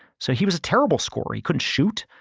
so he was a terrible score. he couldn't shoot.